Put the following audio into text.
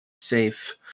safe